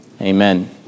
Amen